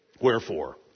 Wherefore